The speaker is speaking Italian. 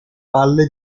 palle